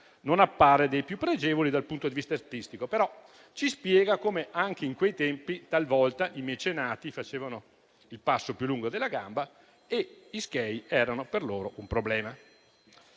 non appare dei più pregevoli dal punto di vista artistico, però ci spiega come anche in quei tempi, talvolta, i mecenati facevano il passo più lungo della gamba e gli *sghei* erano per loro un problema.